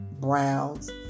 browns